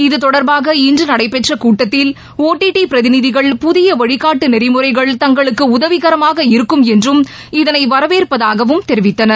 இது தொடர்பாக இன்று நடைபெற்ற கூட்டத்தில் ஒடிடி பிரதிநிதிகள் புதிய வழினாட்டு நெறிமுறைகள் தங்களுக்கு உதவிகரமாக இருக்கும் என்றும் இதனை வரவேற்பதாகவும் தெரிவித்தனர்